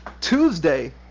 Tuesday